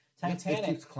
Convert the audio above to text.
Titanic